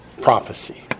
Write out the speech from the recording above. prophecy